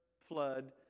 flood